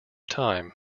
time